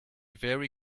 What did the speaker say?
very